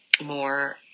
more